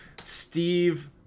Steve